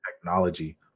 technology